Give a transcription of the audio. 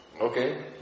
Okay